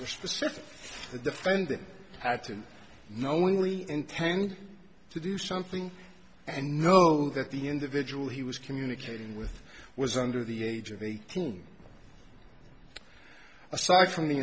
the specific the defendant had to knowingly intend to do something and know that the individual he was communicating with was under the age of eighteen aside from the